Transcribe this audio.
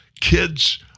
kids